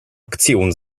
aktion